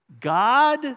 God